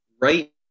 Right